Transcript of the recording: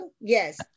Yes